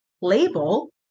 label